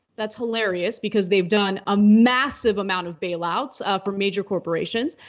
that's hilarious because they've done a massive amount of bailouts for major corporations.